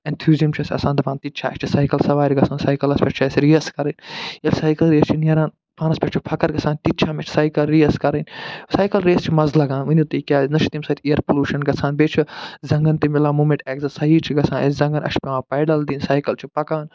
enthusiasm چھُ اَسہِ آسان دَپان تہِ تہِ چھا اَسہِ چھِ سایکل سَوارِ گَژھُن سایکَلس پٮ۪ٹھ چھِ اَسہِ ریس کَرٕنۍ ییٚلہِ سایکل ریسہِ چھِ نیران پانس پٮ۪ٹھ چھُ فخر گَژھان تہِ تہِ چھا مےٚ چھُ سایکل ریس کَرٕنۍ سایکل ریسہِ چھُ مَزٕ لگان ؤنِو تُہۍ کیٛازِ نَہ چھُ تَمہِ سۭتۍ اِیر پُلوٗشن گَژھان بیٚیہِ چھُ زنٛگن تہِ مِلان مومٮ۪نٛٹ اٮ۪کزرسایز چھِ گژھان اَسہِ زنٛگن اَسہِ چھُ پٮ۪وان پیڈل دِنۍ سایکل چھُ پَکان